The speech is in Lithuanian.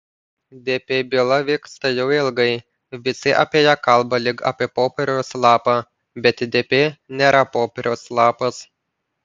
dp byla vyksta jau ilgai visi apie ją kalba lyg apie popieriaus lapą bet dp nėra popieriaus lapas